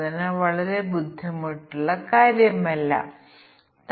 അതിനാൽ ഇതിനെ ഞങ്ങൾ ഒരു ചട്ടം പോലെ വിളിക്കുന്നു